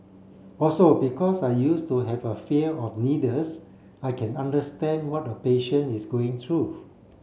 also because I used to have a fear of needles I can understand what a patient is going through